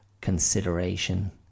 consideration